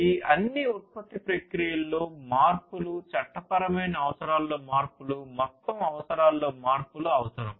ఈ అన్ని ఉత్పత్తి ప్రక్రియలలో మార్పులు చట్టపరమైన అవసరాలలో మార్పులు మొత్తం అవసరాలలో మార్పులు అవసరo